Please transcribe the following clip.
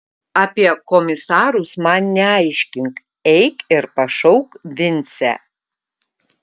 apie komisarus man neaiškink eik ir pašauk vincę